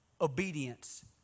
obedience